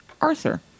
Arthur